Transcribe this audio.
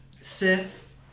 Sith